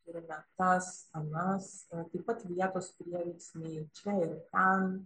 turime tas anas taip pat vietos prieveiksmiai čia ir ten